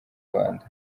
rwanda